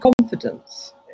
confidence